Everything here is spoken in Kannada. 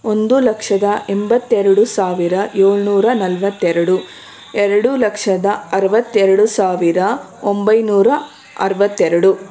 ಒಂದು ಲಕ್ಷದ ಎಂಬತ್ತೆರಡು ಸಾವಿರ ಏಳ್ನೂರ ನಲ್ವತ್ತೆರಡು ಎರಡು ಲಕ್ಷದ ಅರ್ವತ್ತೆರಡು ಸಾವಿರ ಒಂಬೈನೂರ ಅರ್ವತ್ತೆರಡು